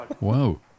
Wow